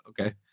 okay